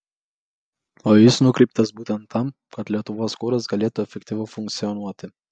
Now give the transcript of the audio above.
o jis nukreiptas būtent tam kad lietuvos kuras galėtų efektyviau funkcionuoti